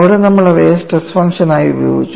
അവിടെ നമ്മൾ അവയെ സ്ട്രെസ് ഫംഗ്ഷനായി ഉപയോഗിച്ചു